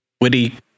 Witty